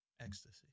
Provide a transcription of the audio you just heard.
ecstasy